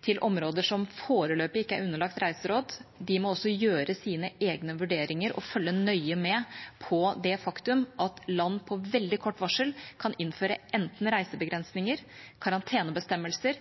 til områder som foreløpig ikke er underlagt reiseråd, også må gjøre sine egne vurderinger og følge nøye med på det faktum at land på veldig kort varsel kan innføre enten reisebegrensninger, karantenebestemmelser,